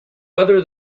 whether